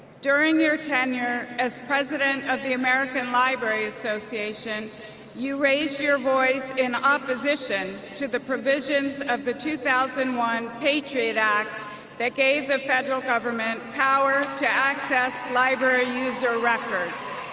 during your tenure as president of the american library association you raised your voice in opposition to the provisions of the two thousand and one patriot act that gave the federal government power to access library user records